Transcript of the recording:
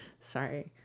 Sorry